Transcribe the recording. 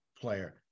player